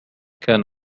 كان